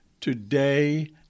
today